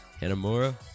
Hanamura